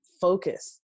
focus